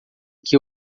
que